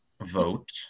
vote